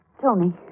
Tony